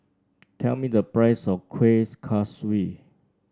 tell me the price of Kueh Kaswi